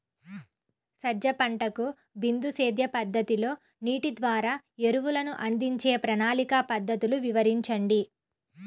సజ్జ పంటకు బిందు సేద్య పద్ధతిలో నీటి ద్వారా ఎరువులను అందించే ప్రణాళిక పద్ధతులు వివరించండి?